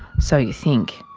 so you think.